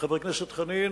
חבר הכנסת חנין.